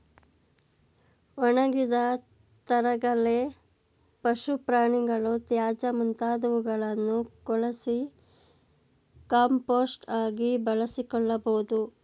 ಒಣಗಿದ ತರಗೆಲೆ, ಪಶು ಪ್ರಾಣಿಗಳ ತ್ಯಾಜ್ಯ ಮುಂತಾದವುಗಳನ್ನು ಕೊಳಸಿ ಕಾಂಪೋಸ್ಟ್ ಆಗಿ ಬಳಸಿಕೊಳ್ಳಬೋದು